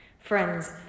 Friends